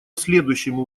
следующему